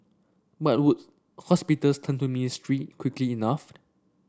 but would hospitals turn to the ministry quickly enough